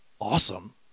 awesome